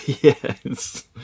Yes